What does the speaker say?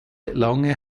lange